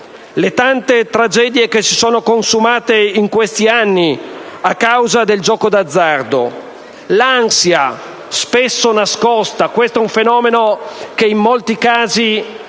Le tante tragedie che si sono consumate in questi anni a causa del gioco d'azzardo, l'ansia spesso nascosta (un fenomeno che in molti casi